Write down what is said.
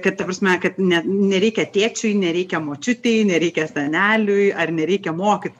kad ta prasme kad ne nereikia tėčiui nereikia močiutei nereikia seneliui ar nereikia mokyt